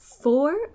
Four